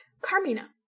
Carmina